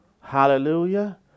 hallelujah